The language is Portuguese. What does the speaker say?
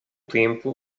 tempo